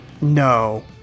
No